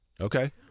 Okay